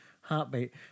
heartbeat